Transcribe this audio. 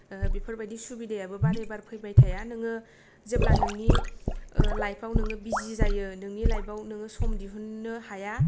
ओ बेफोरबायदि सुबिदायाबो बारे बार फैबाय थाया नोङो जेब्ला नोंनि ओ लाइफाव नोङो बिजि जायो नोंनि लाइफाव नोङो सम दिहुन्नो हाया